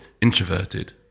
introverted